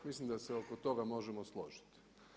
Mislim da se oko toga možemo složiti.